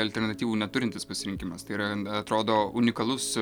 alternatyvų neturintis pasirinkimas tai yra atrodo unikalus